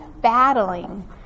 battling